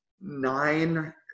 nine